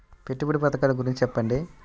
పెట్టుబడి పథకాల గురించి చెప్పండి?